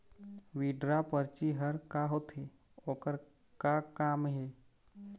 Withdraw परची हर का होते, ओकर का काम हे?